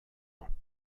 ans